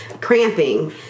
cramping